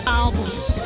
albums